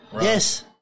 yes